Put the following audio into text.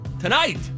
tonight